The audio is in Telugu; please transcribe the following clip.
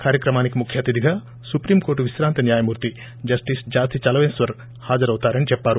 కార్యక్రమానికి ముఖ్య అతిధిగా సుప్రం కోర్టు విశ్రాంత న్యాయమూర్తి జస్టిస్ జాస్తి చలమేశ్వర్ హాజరవుతారని చెప్పారు